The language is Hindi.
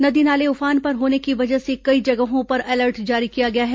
नदी नाले उफान पर होने की वजह से कई जगहों पर अलर्ट जारी किया गया है